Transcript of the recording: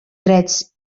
drets